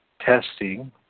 testing